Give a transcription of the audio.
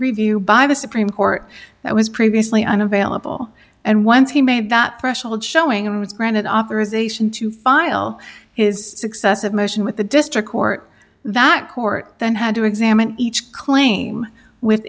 review by the supreme court that was previously unavailable and once he made that threshold showing him was granted authorization to file is excessive motion with the district court that court then had to examine each claim